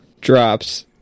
drops